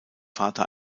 vater